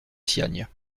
siagne